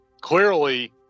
Clearly